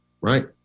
right